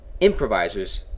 improvisers